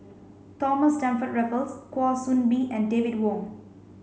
Thomas Stamford Raffles Kwa Soon Bee and David Wong